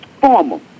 formal